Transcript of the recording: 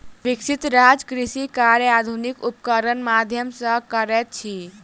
विकसित राज्य कृषि कार्य आधुनिक उपकरणक माध्यम सॅ करैत अछि